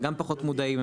הם גם פחות מודעים,